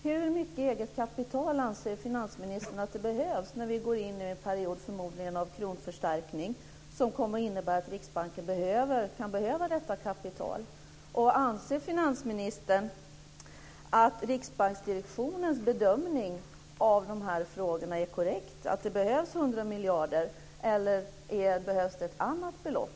Hur mycket eget kapital anser finansministern att det behövs när vi förmodligen går in i en period av kronförstärkning som kommer att innebära att Riksbanken kan behöva detta kapital? Anser finansministern att Riksbanksdirektionens bedömning att det behövs 100 miljarder är korrekt, eller behövs det ett annat belopp?